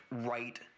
right